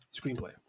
screenplay